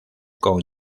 con